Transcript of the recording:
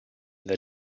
the